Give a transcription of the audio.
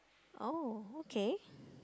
oh okay